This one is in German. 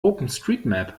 openstreetmap